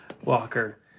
Walker